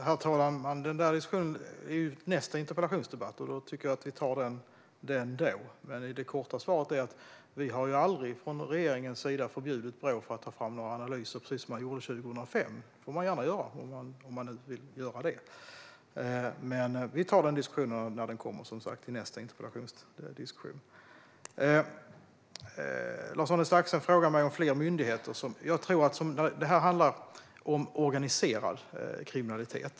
Herr talman! Till Staffan Danielsson vill jag säga att vi kommer att föra den diskussionen i nästa interpellationsdebatt. Jag tycker att vi tar den då. Men det korta svaret är att vi aldrig från regeringens sida har förbjudit Brå att ta fram några analyser, vilket man gjorde 2005. Det får man gärna göra om man vill. Men vi tar som sagt den diskussionen i nästa interpellationsdebatt. Lars-Arne Staxäng frågar mig om fler myndigheter. Jag tror att det här ofta handlar om organiserad kriminalitet.